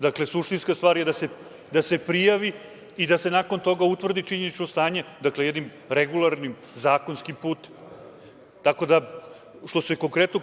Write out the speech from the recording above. Dakle, suštinska stvar je da se prijavi i da se nakon toga utvrdi činjenično stanje jednim regularnim, zakonskim putem. Tako da, što se konkretnog